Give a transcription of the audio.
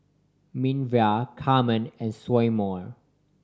Minervia Carmen and Seymour